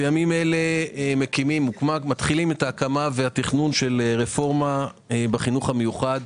בימים אלה אנו מתחילים את ההקמה והתכנון של רפורמה בחינוך המיוחד,